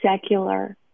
secular